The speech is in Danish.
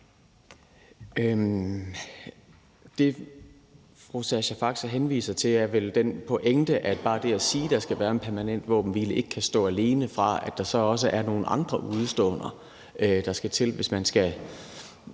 Det, fru Sascha Faxe henviser til, er vel den pointe, at bare det at sige, at der skal være en permanent våbenhvile, ikke kan stå alene, men at der så også er nogle andre udeståender, man skal forholde sig til, hvis man skal